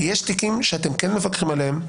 ויש תיקים שאתם כן מפקחים עליהם,